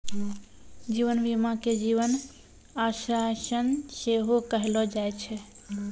जीवन बीमा के जीवन आश्वासन सेहो कहलो जाय छै